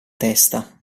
testa